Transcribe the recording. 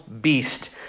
beast